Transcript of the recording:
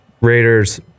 Raiders